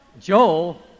Joel